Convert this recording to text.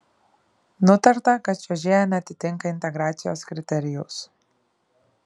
nutarta kad čiuožėja neatitinka integracijos kriterijaus